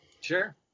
Sure